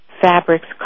fabrics